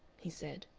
he said,